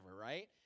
right